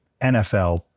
NFL